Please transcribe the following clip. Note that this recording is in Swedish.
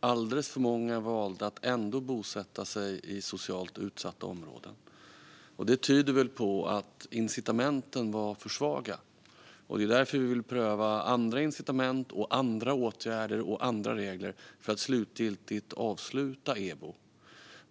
Alltför många valde att ändå bosätta sig i socialt utsatta områden. Det tyder på att incitamenten var för svaga, och därför vill vi pröva andra incitament, åtgärder och regler för att slutgiltigt avsluta EBO.